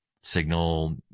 signal